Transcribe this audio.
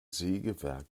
sägewerk